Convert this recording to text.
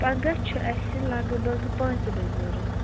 پگاہ چھِ اَسہِ لگ بَگ پانٛژھِ بَجہِ ضوٚرَتھ